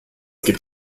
geht